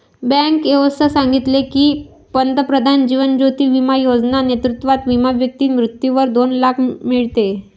bank व्यवस्था सांगितले की, पंतप्रधान जीवन ज्योती बिमा योजना नेतृत्वात विमा व्यक्ती मृत्यूवर दोन लाख मीडते